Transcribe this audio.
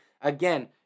Again